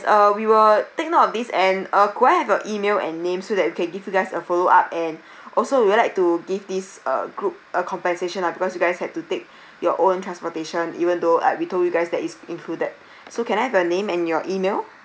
uh we will take note of this and uh could I have your E-mail and names so that we can give you guys a follow up and also we'd like to give this uh group a compensation lah because you guys had to take your own transportation even though like we told you guys that is included so can I have your name and your E-mail